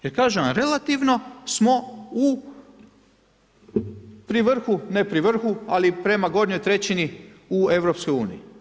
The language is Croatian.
Jer kažem vam, relativno smo u, pri vrhu, ne pri vrhu ali prema gornjoj trećini u EU.